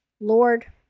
Lord